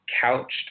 couched